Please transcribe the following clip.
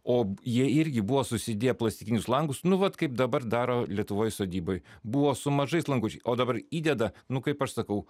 o jie irgi buvo susidėję plastikinius langus nu vat kaip dabar daro lietuvoj sodyboj buvo su mažais langučiais o dabar įdeda nu kaip aš sakau